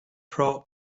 pro